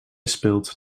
speelt